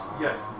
yes